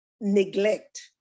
neglect